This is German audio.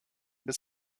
bis